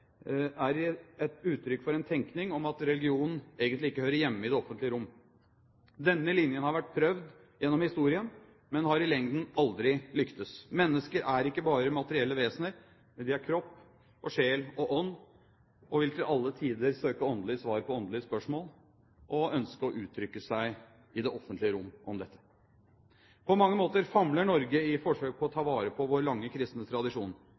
er et uttrykk for en tenkning, at religion egentlig ikke hører hjemme i det offentlige rom. Denne linjen har vært prøvd gjennom historien, men har i lengden aldri lyktes. Mennesker er ikke bare materielle vesener – de er kropp, sjel og ånd, og de vil til alle tider søke åndelige svar på åndelige spørsmål og ønske å utrykke seg i det offentlige rom om dette. På mange måter famler Norge i forsøket på å ta vare på vår lange kristne tradisjon,